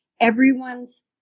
everyone's